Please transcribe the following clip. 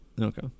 okay